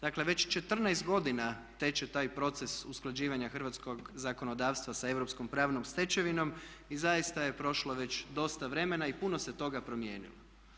Dakle, već 14 godina teče taj proces usklađivanja hrvatskog zakonodavstva sa europskom pravnom stečevinom i zaista je prošlo već dosta vremena i puno se toga promijenilo.